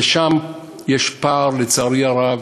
ויש פער, לצערי הרב,